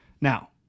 Now